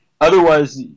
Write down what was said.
otherwise